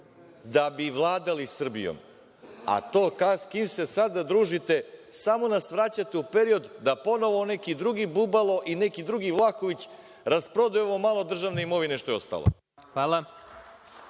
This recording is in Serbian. da bi vladali Srbijom. A, to s kim se sada družite samo nas vraćate u period da ponovo neki drugi Bubalo i neki drugi Vlahović, rasprodaju ovo malo državne imovine što je ostalo.